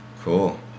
Cool